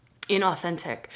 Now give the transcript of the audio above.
inauthentic